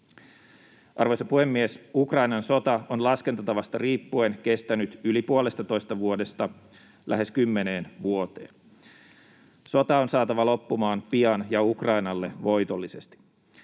Arvoisa puhemies! Ukrainan sota on laskentatavasta riippuen kestänyt yli puolestatoista vuodesta lähes kymmeneen vuoteen. Sota on saatava loppumaan pian ja Ukrainalle voitollisesti.